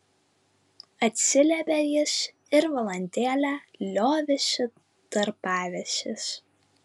atsiliepė jis ir valandėlę liovėsi darbavęsis